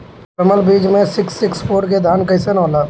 परमल बीज मे सिक्स सिक्स फोर के धान कईसन होला?